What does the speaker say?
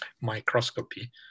microscopy